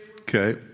okay